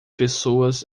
pessoas